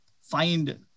find